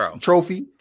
trophy